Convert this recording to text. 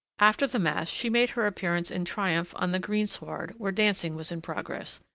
after the mass, she made her appearance in triumph on the greensward where dancing was in progress,